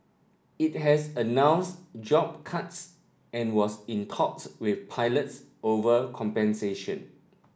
it has announced job cuts and was in talks with pilots over compensation